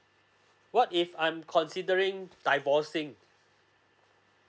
what if I'm considering divorcing